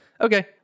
Okay